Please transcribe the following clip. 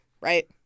right